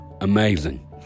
Amazing